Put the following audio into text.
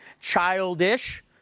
childish